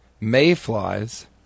mayflies